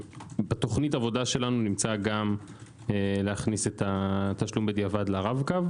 בתוכנית העבודה שלנו נמצא גם להכניס את התשלום בדיעבד לרב קו.